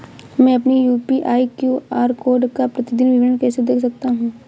मैं अपनी UPI QR code का प्रतीदीन विवरण कैसे देख सकता हूँ?